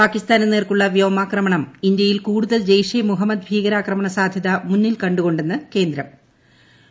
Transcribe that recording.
പാകിസ്ഥാന് നേർക്കുള്ള വ്യോമാക്രമണം ഇന്ത്യയിൽ കൂടുതൽ ജെയ്ഷെ മുഹമ്മദ് ഭീക്രിക്രമ്ണ സാധൃത മുന്നിൽ കണ്ടുകൊണ്ടെന്ന് ക്യേന്ദ്രം ട